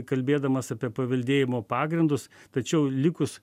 kalbėdamas apie paveldėjimo pagrindus tačiau likus